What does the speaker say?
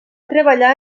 treballar